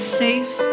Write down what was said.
safe